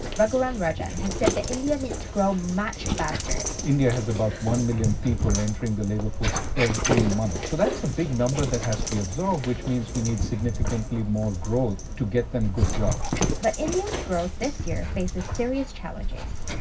raghuram rajan has said that india needs to grow much faster. india has about one million people entering the labor force every month. so that's a big number that has to be absorbed which means we need significantly more growth to get them good jobs. but india's growth this year faces serious challenges.